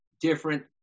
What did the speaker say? different